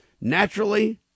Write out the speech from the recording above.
Naturally